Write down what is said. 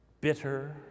Bitter